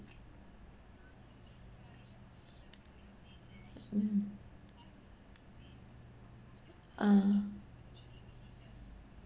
mm ah